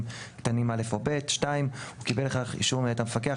קטנים (א) או (ב); הוא קיבל לכך אישור מאת המפקח,